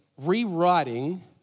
rewriting